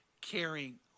caring